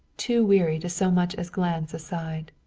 too weary to so much as glance aside.